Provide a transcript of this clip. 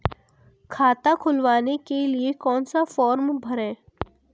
खाता खुलवाने के लिए कौन सा फॉर्म भरें?